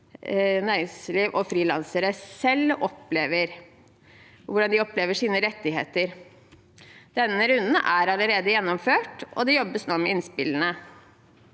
næringsdrivende og frilansere selv opplever, og hvordan de opplever sine rettigheter. Denne runden er allerede gjennomført, og det jobbes nå med innspillene.